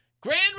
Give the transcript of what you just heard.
Grand